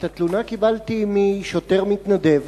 את התלונה קיבלתי משוטר מתנדב